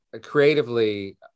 creatively